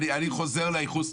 אני חוזר על הייחוס,